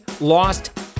lost